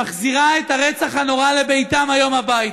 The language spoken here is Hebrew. שמחזירה את הרצח הנורא לביתם היום הביתה.